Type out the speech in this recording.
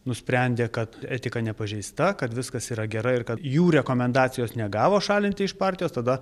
nusprendė kad etika nepažeista kad viskas yra gerai ir kad jų rekomendacijos negavo šalinti iš partijos tada